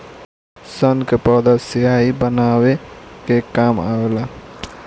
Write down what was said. सन के पौधा स्याही बनावे के काम आवेला